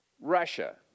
Russia